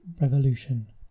revolution